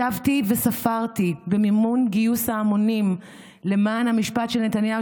ישבתי וספרתי במימון גיוס ההמונים למען המשפט של נתניהו,